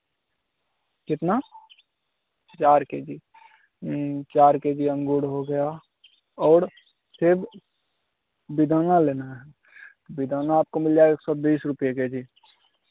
कितना चार K G चार के जी अंगूर हो गया और सेब बिदंगा लेना है बेदाना आपको मिल जाएगा एक सौ बीस रुपये के जी